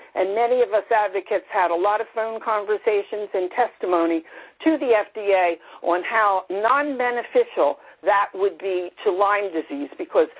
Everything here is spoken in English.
and many of us advocates had a lot of phone conversations and testimony to the fda yeah on how non-beneficial that would be to lyme disease because,